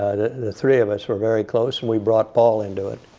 the three of us were very close, and we brought paul into it.